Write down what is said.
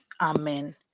Amen